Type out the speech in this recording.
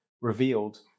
revealed